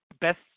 best